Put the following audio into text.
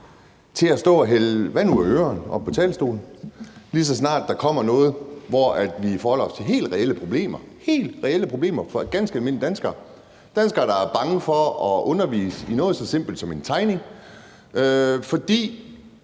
til at stå og hælde vand ud af ørerne oppe fra talerstolen, lige så snart der kommer noget, hvor vi forholder os til helt reelle problemer for ganske almindelige danskere – danskere, der er bange for at undervise i noget så simpelt som en tegning. Vi